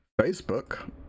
Facebook